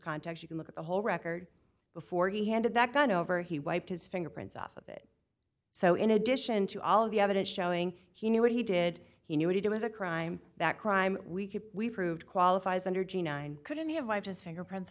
context you can look at the whole record before he handed that gun over he wiped his fingerprints off of it so in addition to all the evidence showing he knew what he did he knew what he did was a crime that crime we could we proved qualifies under g nine couldn't he have his fingerprints